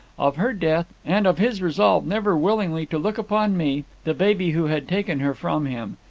of her death, and of his resolve never willingly to look upon me, the baby who had taken her from him.